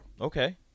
Okay